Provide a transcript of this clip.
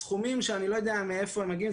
סכומים שאני לא יודע מאיפה הם מגיעים.